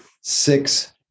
six